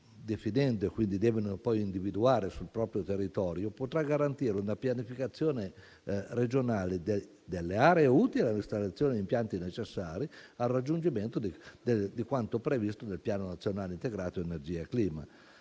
definendo e quindi devono poi individuare sul proprio territorio, potrà garantire una pianificazione regionale delle aree utili all'installazione di impianti necessari al raggiungimento di quanto previsto nel Piano nazionale integrato energia e clima,